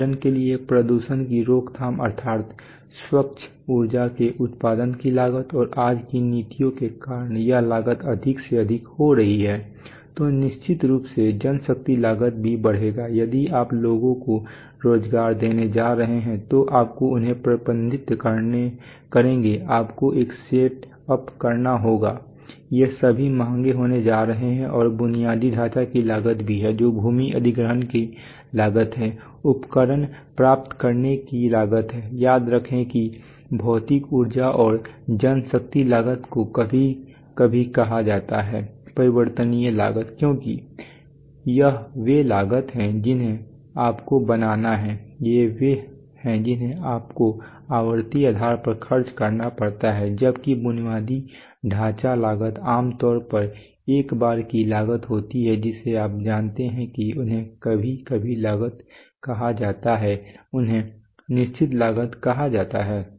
उदाहरण के लिए प्रदूषण की रोकथाम अर्थात स्वच्छ ऊर्जा के उत्पादन की लागत और आज की नीतियों के कारण यह लागत अधिक से अधिक हो रही है तो निश्चित रूप से जनशक्ति लागत भी बढ़ेगा यदि आप लोगों को रोजगार देने जा रहे हैं तो आपको उन्हें प्रबंधित करेंगे आपको एक सेट अप करना होगा ये सभी महंगे होने जा रहे हैं और बुनियादी ढांचे की लागत भी है जो भूमि अधिग्रहण की लागत है उपकरण प्राप्त करने की लागत है याद रखें कि भौतिक ऊर्जा और जनशक्ति लागत को कभी कभी कहा जाता है परिवर्तनीय लागत क्योंकि यह वे लागतें हैं जिन्हें आपको बनाना है यह वे हैं जिन्हें आपको आवर्ती आधार पर खर्च करना पड़ता है जबकि बुनियादी ढांचा लागत आम तौर पर एक बार की लागत होती है जिसे आप जानते हैं कि उन्हें कभी कभी लागत कहा जाता है उन्हें निश्चित लागत कहा जाता है